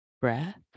breath